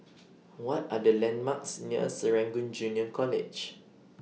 What Are The landmarks near Serangoon Junior College